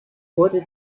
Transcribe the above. wurde